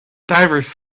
divers